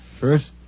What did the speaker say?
First